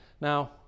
now